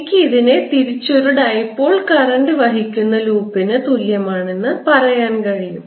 എനിക്ക് ഇതിനെ തിരിച്ച് ഒരു ഡൈപോൾ കറന്റ് വഹിക്കുന്ന ലൂപ്പിന് തുല്യമാണെന്ന് പറയാൻ കഴിയും